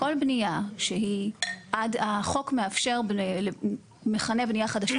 כל בנייה שהיא כמו שהחוק מכנה בנייה חדשה,